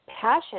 passion